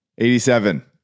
87